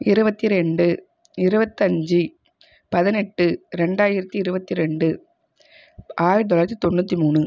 இருபத்தி ரெண்டு இருபத்தஞ்சி பதினெட்டு ரெண்டாயிரத்து இருபத்தி ரெண்டு ஆயத் தொள்ளாயிரத்து தொன்னுற்றி மூணு